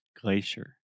glacier